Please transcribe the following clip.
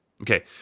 Okay